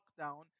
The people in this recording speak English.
lockdown